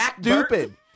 stupid